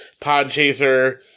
Podchaser